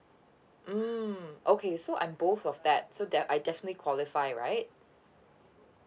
mm okay so I'm both of that so that I definitely qualify right